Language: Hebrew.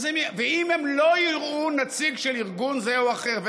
ואם הם לא יראו נציג של ארגון זה או אחר?